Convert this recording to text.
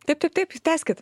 taip taip taip tęskit